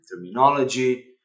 terminology